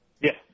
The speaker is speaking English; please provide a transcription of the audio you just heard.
Yes